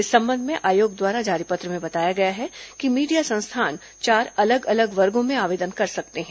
इस संबंध में आयोग द्वारा जारी पत्र में बताया गया है कि मीडिया संस्थान चार अलग अलग वर्गो में आवेदन कर सकते हैं